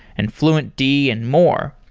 and fluentd and more.